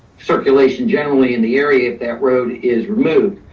circulation, generally in the area, if that road is removed.